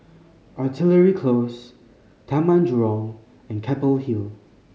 Artillery Close Taman Jurong and Keppel Hill